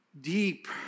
Deep